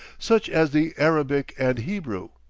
such as the arabic and hebrew.